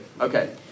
Okay